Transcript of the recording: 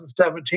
2017